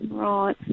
right